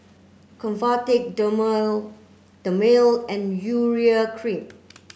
Convatec Dermale and Urea cream